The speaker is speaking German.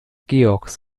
george’s